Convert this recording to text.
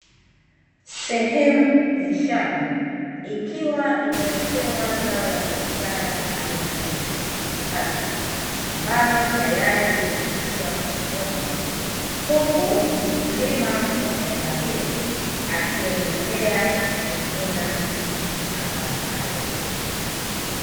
Sehemu ya shamba ikiwa imewekewa zao la biashara aina ya viazi mbatata, ambalo tayari limekwisha kuvunwa huku mkulima wa shamba hilo akiendelea kuvuna mazao hayo